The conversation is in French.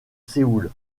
séoul